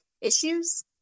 issues